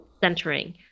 centering